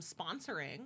sponsoring